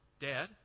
Dad